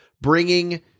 Bringing